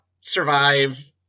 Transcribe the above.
survive